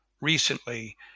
recently